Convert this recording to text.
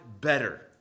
better